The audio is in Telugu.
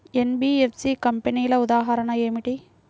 ఎన్.బీ.ఎఫ్.సి కంపెనీల ఉదాహరణ ఏమిటి?